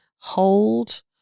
hold